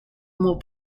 more